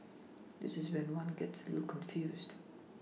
this is when one gets a little confused